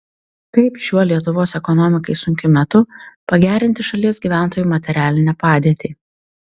kaip šiuo lietuvos ekonomikai sunkiu metu pagerinti šalies gyventojų materialinę padėtį